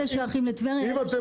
אלה שייכים למגדל.